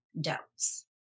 doubts